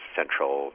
central